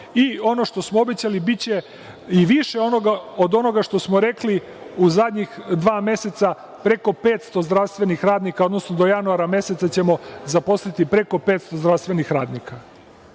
što smo obećali, biće i više od onoga što smo rekli u zadnjih dva meseca, preko 500 zdravstvenih radnika, odnosno do januara meseca ćemo zaposliti preko 500 zdravstvenih radnika.